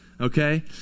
okay